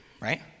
right